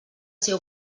ser